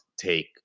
take